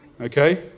Okay